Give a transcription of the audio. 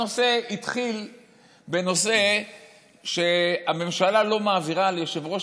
הנושא התחיל בזה שהממשלה לא מעבירה ליושב-ראש